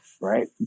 right